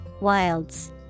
Wilds